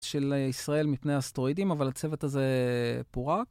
של ישראל מפני אסטרואידים, אבל הצוות הזה פורק.